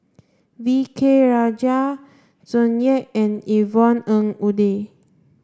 V K Rajah Tsung Yeh and Yvonne Ng Uhde